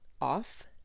off